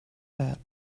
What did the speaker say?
that